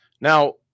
Now